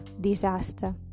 disaster